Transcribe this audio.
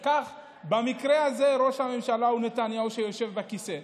במקרה הזה ראש הממשלה הוא נתניהו שיושב בכיסא,